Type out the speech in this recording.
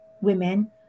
women